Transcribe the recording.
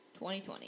2020